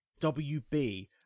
WB